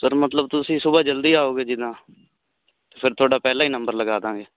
sir ਮਤਲਬ ਤੁਸੀਂ ਸੁਬਹਾ ਜਲਦੀ ਆਓਗੇ ਜਿੱਦਾਂ ਫਿਰ ਤੁਹਾਡਾ ਪਹਿਲਾ ਹੀ ਨੰਬਰ ਲਗਾ ਦਾਂਗੇ